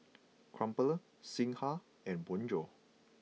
Crumpler Singha and Bonjour